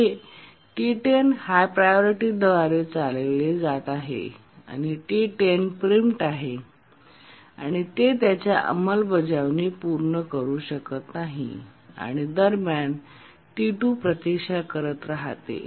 हे T10 high प्रायोरिटीद्वारे चालविले जात आहे T10 प्रीमप्ट आहे आणि ते त्याची अंमलबजावणी पूर्ण करू शकत नाही आणि दरम्यान T2 प्रतीक्षा करत राहते